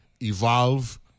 evolve